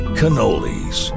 cannolis